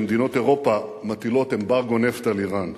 כשמדינות אירופה מטילות אמברגו נפט על אירן,